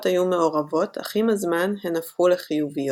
היו מעורבות אך עם הזמן הן הפכו לחיוביות.